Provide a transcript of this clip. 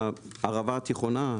הערבה התיכונה,